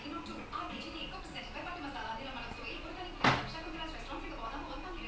actually what happen to vienna ah I mean yesterday one one right